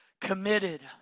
committed